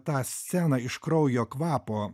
tą sceną iš kraujo kvapo